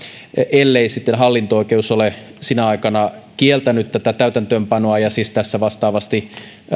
ellei sitten hallinto oikeus ole sinä aikana kieltänyt täytäntöönpanoa ja siis vastaavasti